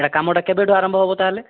ୟା କାମଟା କେବେଠୁ ଆରମ୍ଭ ହେବ ତା'ହେଲେ